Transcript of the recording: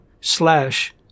slash